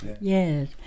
yes